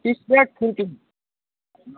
तिस प्लेट खान्छौँ